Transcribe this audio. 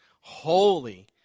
holy